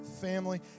family